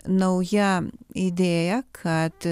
nauja idėja kad